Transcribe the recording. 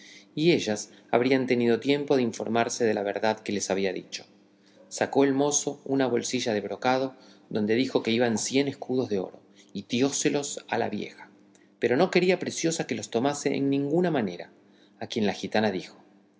y ellas habrían tenido tiempo de informarse de la verdad que les había dicho sacó el mozo una bolsilla de brocado donde dijo que iban cien escudos de oro y dióselos a la vieja pero no quería preciosa que los tomase en ninguna manera a quien la gitana dijo